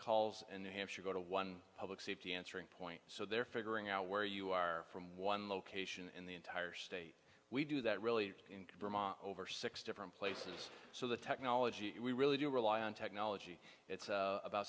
calls and new hampshire go to one public safety answering point so they're figuring out where you are from one location in the entire state we do that really in over six different places so the technology we really do rely on technology it's about